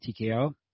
TKO